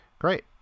Great